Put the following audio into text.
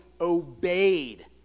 obeyed